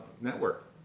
network